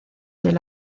del